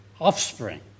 offspring